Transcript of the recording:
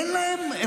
אין לך בושה?